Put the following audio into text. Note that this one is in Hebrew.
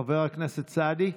חבר הכנסת סעדי,